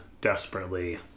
desperately